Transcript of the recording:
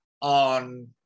on